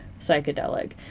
psychedelic